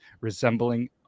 resembling